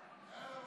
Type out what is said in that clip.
בבקשה, שלוש דקות.